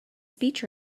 speech